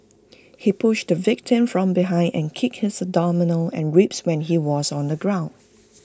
he pushed the victim from behind and kicked his abdomen and ribs when he was on the ground